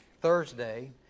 Thursday